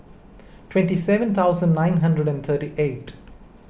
twenty seven thousand nine hundred and thirty eight